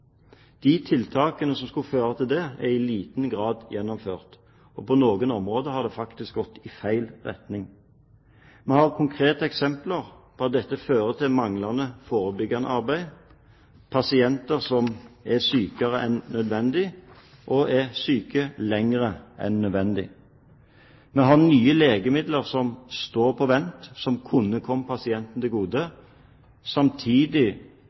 De tiltakene som skulle føre til det, er i liten grad gjennomført. På noen områder har det faktisk gått i feil retning. Vi har konkrete eksempler på at dette fører til manglende forebyggende arbeid – pasienter er sykere enn nødvendig, og pasienter er syke lenger enn nødvendig. Vi har nye legemidler som står på vent, og som kunne komme pasienten til gode, samtidig